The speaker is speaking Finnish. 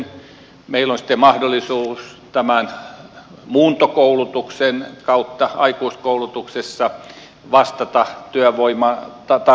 meillä on mahdollisuus tämän muuntokoulutuksen kautta aikuiskoulutuksessa vastata työvoimatarpeisiin